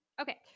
okay